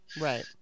right